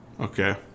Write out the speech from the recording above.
okay